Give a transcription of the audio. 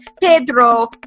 Pedro